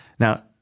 Now